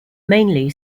mainly